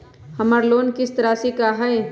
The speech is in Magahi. हमर लोन किस्त राशि का हई?